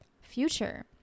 future